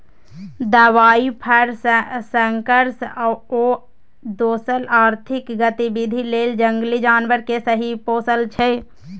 दबाइ, फर, सर्कस आ दोसर आर्थिक गतिबिधि लेल जंगली जानबर केँ सेहो पोसय छै